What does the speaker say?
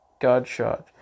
Godshot